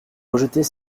rejeter